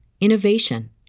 innovation